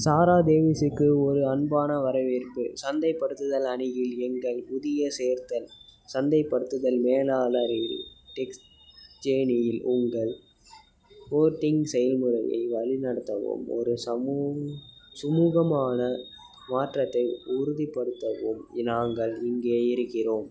சாரா டேவிஸுக்கு ஒரு அன்பான வரவேற்பு சந்தைப்படுத்துதல் அணியில் எங்கள் புதிய சேர்த்தல் சந்தைப்படுத்தல் மேலாளரில் டெக்ஜேனியில் உங்கள் போர்டிங் செயல்முறையை வழி நடத்தவும் ஒரு சமூ சுமூகமான மாற்றத்தை உறுதிப்படுத்தவும் நாங்கள் இங்கே இருக்கிறோம்